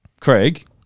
Craig